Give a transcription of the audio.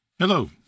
Hello